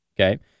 okay